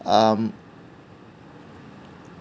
um